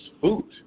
food